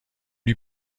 lui